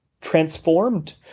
transformed